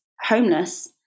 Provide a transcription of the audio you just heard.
homeless